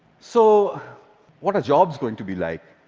so what are jobs going to be like?